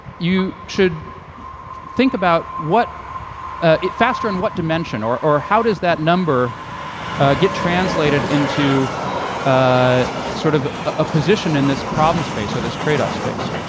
you should think about what it faster and what dimension, or or how does that number get translated into a sort of ah position in this problem space or this trade off space.